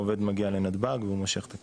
העובד מגיע לנתב"ג ומושך את הכסף.